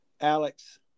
Alex